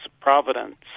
providence